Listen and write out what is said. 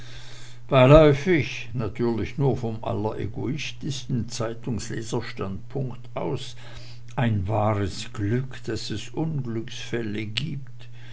beiläufig natürlich nur vom alleregoistischsten zeitungsleserstandpunkt aus ein wahres glück daß es unglücksfälle gibt